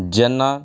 जेन्ना